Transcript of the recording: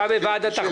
אצביע על זה בעוד שעה.